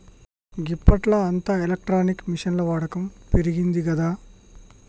గిప్పట్ల అంతా ఎలక్ట్రానిక్ మిషిన్ల వాడకం పెరిగిందిగదా